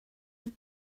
have